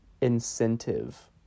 incentive